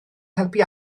helpu